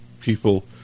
people